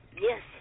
Yes